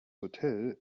hotel